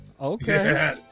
Okay